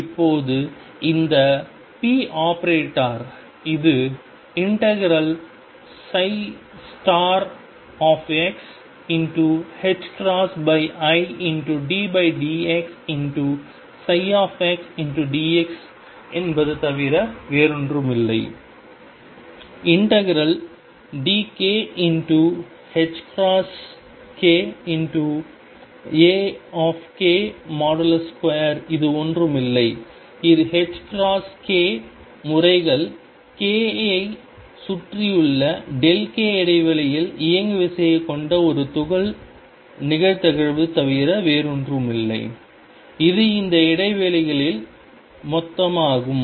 இப்போது இந்த ⟨p⟩ இது ∫xiddx ψx dx என்பது தவிர வேறொன்றுமில்லை ∫dk ℏk Ak2இது ஒன்றும் இல்லை இது ℏk முறைகள் k ஐச் சுற்றியுள்ள k இடைவெளியில் இயங்குவிசைக் கொண்ட ஒரு துகள் நிகழ்தகவு தவிர வேறொன்றுமில்லை இது இந்த இடைவெளிகளில் மொத்தமாகும்